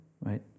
right